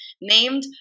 named